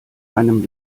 einem